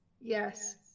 yes